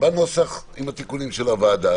בנוסח עם תיקוני הוועדה.